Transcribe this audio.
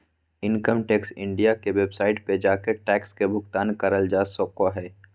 income tax India के website पर जाके टैक्स के भुगतान करल जा सको हय